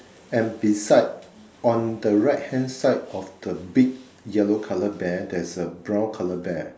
and beside on the right hand side of the big yellow colour bear there's a brown colour bear